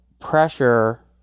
pressure